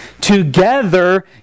together